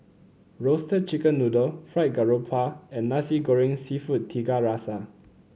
Roasted Chicken Noodle Fried Garoupa and Nasi Goreng seafood Tiga Rasa